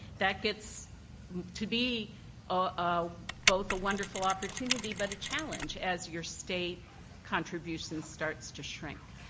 that gets to be ah ah both a wonderful opportunity, but a challenge as your state contribution starts to shrink.